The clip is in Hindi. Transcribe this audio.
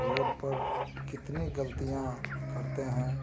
रोड पर कितनी गल्तियाँ करते हैं